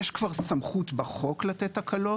יש כבר סמכות בחוק לתת הקלות.